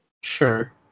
Sure